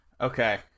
Okay